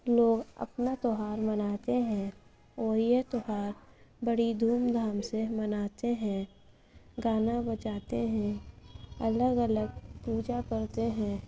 لوگ اپنا تہوار مناتے ہیں اور یہ تہوار بڑی دھوم دھام سے مناتے ہیں گانا بجاتے ہیں الگ الگ پوجا کرتے ہیں